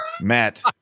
Matt